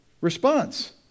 response